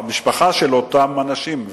המשפחה של אותם אנשים,